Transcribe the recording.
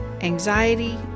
anxiety